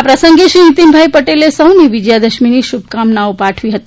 આ પ્રસંગે શ્રી નીતીનભાઈ પટેલે સૌને વિજયા દશમીની શુભકામનાઓ પાઠવી હતી